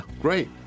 great